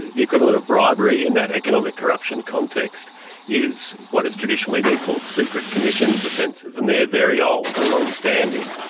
the equivalent of bribery in that economic corruption context is what has traditionally been called secret commissions offences and they are very old and long-standing.